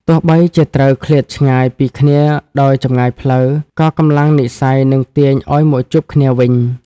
ទោះបីជាត្រូវឃ្លាតឆ្ងាយពីគ្នាដោយចម្ងាយផ្លូវ ក៏កម្លាំងនិស្ស័យនឹងទាញឱ្យមកជួបគ្នាវិញ។